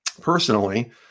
personally